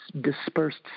dispersed